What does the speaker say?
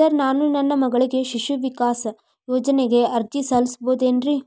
Sir ನಾನು ನನ್ನ ಮಗಳಿಗೆ ಶಿಶು ವಿಕಾಸ್ ಯೋಜನೆಗೆ ಅರ್ಜಿ ಸಲ್ಲಿಸಬಹುದೇನ್ರಿ?